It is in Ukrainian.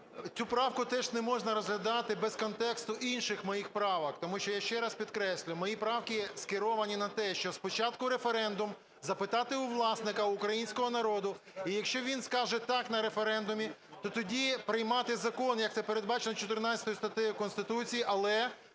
цю правку теж не можна розглядати без контексту інших моїх правок. Тому що я ще раз підкреслюю, мої правки скеровані на те, що спочатку референдум, запитати у власника – українського народу, і якщо він скаже "так" на референдумі, то тоді приймати закон, як це передбачено 14 статтею Конституції. Але